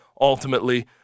ultimately